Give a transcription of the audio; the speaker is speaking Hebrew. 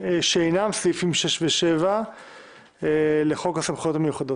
שאינם סעיפים 6 ו-7 לחוק הסמכויות המיוחדות.